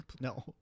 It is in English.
No